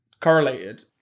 correlated